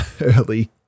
early